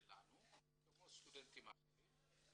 כמו סטודנטים אחרים,